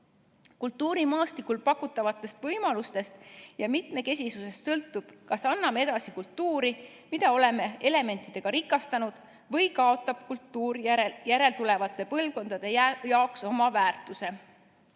Kultuurimaastikul pakutavate võimaluste mitmekesisusest sõltub, kas anname edasi kultuuri, mida oleme elementidega rikastanud, või kaotab kultuur järeltulevate põlvkondade jaoks oma väärtuse.